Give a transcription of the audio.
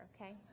okay